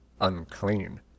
unclean